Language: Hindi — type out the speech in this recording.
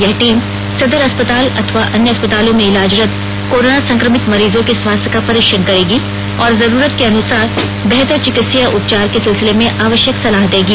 यह टीम सदर अस्पताल अथवा अन्य अस्पतालों मे इलाजरत कोरोना संक्रमित मरीजों के स्वास्थ्य का परीक्षण करेगी और जरूरत के अनुसार बेहतर चिकित्सीय उपचार के सिलसिले में आवश्यक सलाह देगी